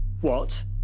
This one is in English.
What